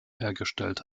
hergestellt